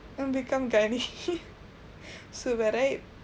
and become gynae super right